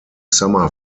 summer